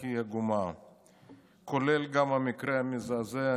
כולל גם המקרה המזעזע,